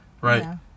right